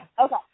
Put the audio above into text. Okay